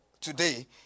today